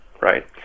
right